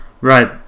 Right